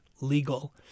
legal